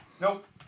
Nope